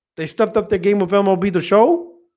they stuffed up the game of elmo be the show